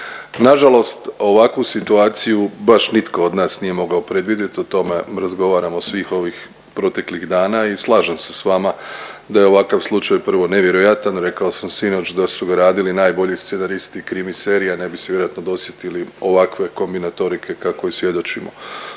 Nažalost ovakvu situaciju baš nitko od nas nije mogao predvidjet, o tome razgovaramo svih ovih proteklih dana i slažem se s vama da je ovakav slučaj prvo nevjerojatan, rekao sam sinoć da su ga radili najbolji scenaristi krimi serije ne bi se vjerojatno dosjetili ovakve kombinatorike kakvoj svjedočimo,